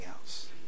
else